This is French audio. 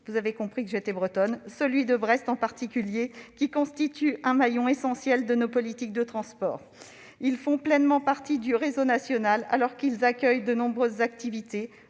vous avez compris que j'étais Bretonne !-, celui de Brest en particulier, qui constituent un maillon essentiel de nos politiques de transport. Ils font pleinement partie du réseau national et accueillent de nombreuses activités,